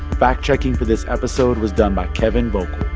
fact-checking for this episode was done by kevin volkl